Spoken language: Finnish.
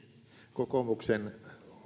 kokoomuksen